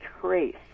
trace